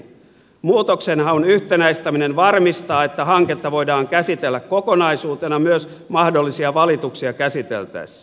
muutoksenhaun yhtenäistäminen varmistaa että hanketta voidaan käsitellä kokonaisuutena myös mahdollisia valituksia käsiteltäessä